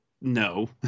no